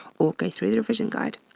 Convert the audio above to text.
or go through the revision guide.